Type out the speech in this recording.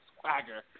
swagger